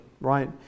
right